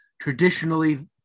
traditionally